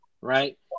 Right